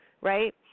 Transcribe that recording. right